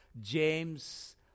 James